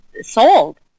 sold